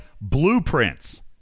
blueprints